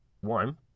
one